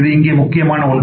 இது இங்கே முக்கியமான ஒன்று